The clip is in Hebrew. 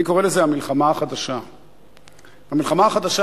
אני קורא לזה: המלחמה החדשה.